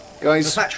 Guys